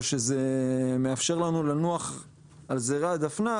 או שזה מאפשר לנו לנוח על זרי הדפנה,